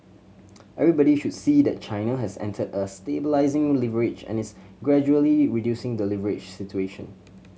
everybody should see that China has entered a stabilising leverage and is gradually reducing the leverage situation